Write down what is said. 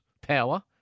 Power